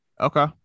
Okay